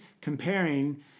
comparing